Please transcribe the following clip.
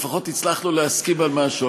לפחות הצלחנו להסכים על משהו,